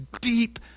deep